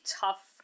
tough